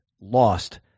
lost